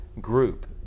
group